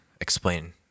explain